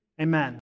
amen